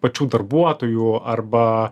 pačių darbuotojų arba